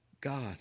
God